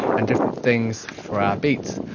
and different things for our beat.